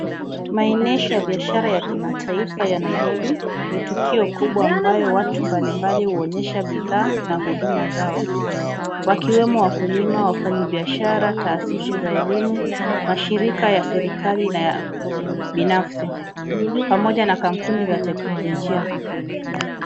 Maonyesho ya biashara ya kitaifa ya Nairobi. Ni tukio kubwa ambayo watu mbalimbali huonyesha bidhaa na huduma zao wakiwemo wakulima, wafanyi biashara ,taasisi za elimu, mashirika ya serikali na ya binafsi pamoja na kampuni za teknolojia.